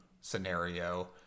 scenario